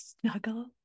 snuggle